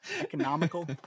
economical